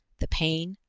the pain,